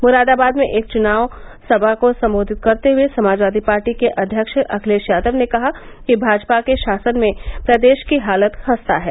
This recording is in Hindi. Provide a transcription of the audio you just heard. मुरादाबाद में एक चुनाव जनसभा को सम्बोधित करते हुये समाजवादी पार्टी के अध्यक्ष अखिलेश यादव ने कहा कि भाजपा के शासन में प्रदेश की हालत खस्ता है